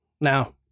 Now